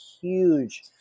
huge